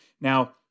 Now